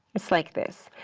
it's like this.